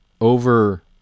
over